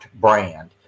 brand